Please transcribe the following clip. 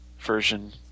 version